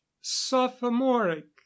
sophomoric